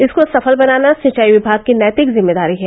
इसको सफल बनाना सिंचाई विभाग की नैतिक जिम्मेदारी है